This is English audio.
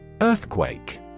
Earthquake